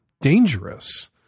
dangerous